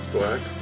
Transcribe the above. Black